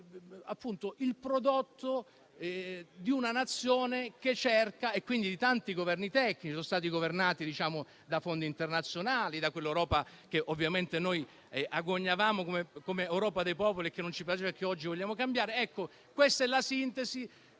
siete il prodotto di una Nazione e quindi di tanti Governi tecnici (dai fondi internazionali, da quell'Europa, che ovviamente noi agognavamo come Europa dei popoli e che non ci piace perché oggi vogliamo cambiare). Ecco, questa è la sintesi